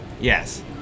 Yes